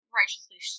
righteously